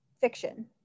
fiction